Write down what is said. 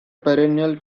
perennial